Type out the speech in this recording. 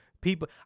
People